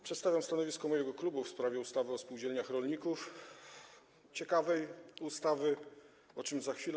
Przedstawiam stanowisko mojego klubu w sprawie ustawy o spółdzielniach rolników, ciekawej ustawy, o czym za chwilę.